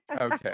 Okay